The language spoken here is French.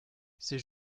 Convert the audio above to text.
c’est